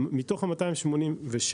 מתוך 287,